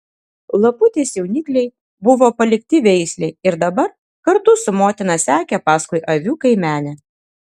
laputės jaunikliai buvo palikti veislei ir dabar kartu su motina sekė paskui avių kaimenę